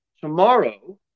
Tomorrow